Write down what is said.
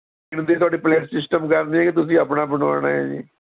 ਤੁਹਾਡੀ plate system ਕਰਨੀ ਹੈ ਕਿ ਤੁਸੀਂ ਆਪਣਾ ਬਣਵਾਉਣਾ ਹੈ ਜੀ